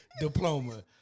diploma